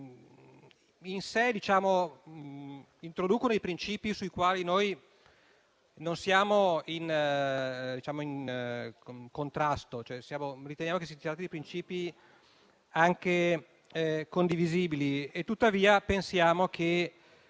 in sé, introducono principi con i quali noi non siamo in contrasto. Riteniamo, cioè, che si tratti di principi anche condivisibili. Tuttavia, pensiamo che